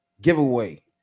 giveaway